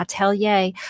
Atelier